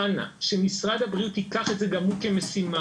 אנא שמשרד הבריאות ייקח את זה גם הוא כמשימה